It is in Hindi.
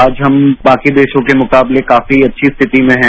आज हम बाकी देरों के मुकाबले काफी अच्छी स्थिति में हैं